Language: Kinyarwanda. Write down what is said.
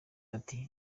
ati